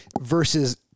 versus